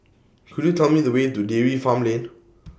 Could YOU Tell Me The Way to Dairy Farm Lane